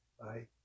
Bye